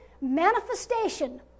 manifestation